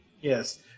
yes